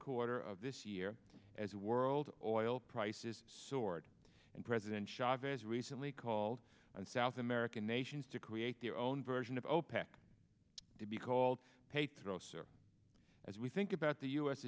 quarter of this year as world oil prices soared and president chavez recently called on south american nations to create their own version of opec to be called pay throw so as we think about the u